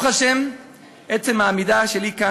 ואני מבקש להודות לכל יושבי הבית הזה,